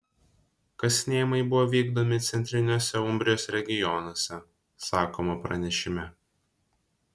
kasinėjimai buvo vykdomi centriniuose umbrijos regionuose sakoma pranešime